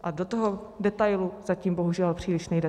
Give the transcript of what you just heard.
A do toho detailu zatím bohužel příliš nejdete.